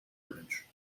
image